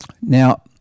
Now